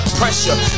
pressure